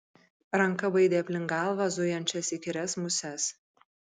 ranka baidė aplink galvą zujančias įkyrias muses